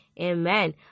Amen